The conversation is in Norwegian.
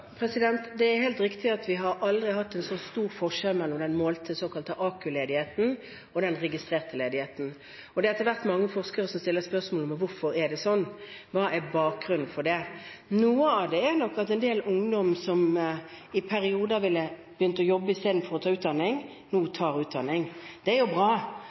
Det er helt riktig at vi aldri har hatt en så stor forskjell mellom den målte såkalte AKU-ledigheten og den registrerte ledigheten, og det er etter hvert mange forskere som stiller spørsmål ved hvorfor det er slik. Hva er bakgrunnen for det? Noe av det er nok at en del ungdom som i perioder ville begynt å jobbe istedenfor å ta utdanning, nå tar utdanning. Det er bra,